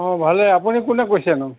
অঁ ভালেই আপুনি কোনে কৈছেনো